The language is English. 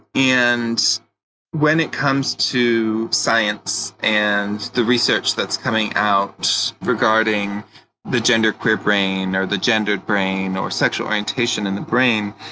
and when it comes to science and the research that's coming out regarding the gender queer brain, or the gendered brain, or sexual orientation in the brain,